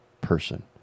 person